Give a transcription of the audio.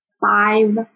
five